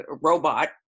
robot